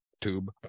Tube